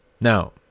Now